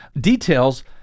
details